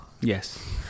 Yes